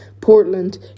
Portland